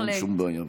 אין שום בעיה.